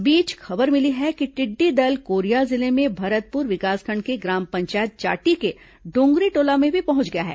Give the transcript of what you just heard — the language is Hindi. इस बीच खबर मिली है कि टिड्डी दल कोरिया जिले में भरतपुर विकासखंड के ग्राम पंचायत चाटी के डोंगरीटोला में भी पहुंच गया है